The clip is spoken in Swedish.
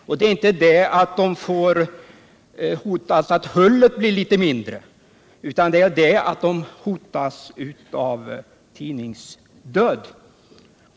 Vad som är allvarligt är inte att de rikare tidningarnas hull avtar, utan att många små tidningar hotas av tidningsdöd.